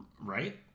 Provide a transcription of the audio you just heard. Right